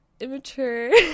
immature